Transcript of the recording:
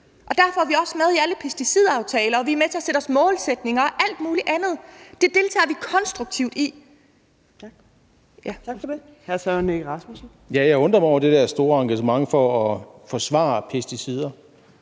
Derfor er vi også med i alle pesticidaftaler, og vi er med til at sætte os mål og alt muligt andet. Det deltager vi konstruktivt i.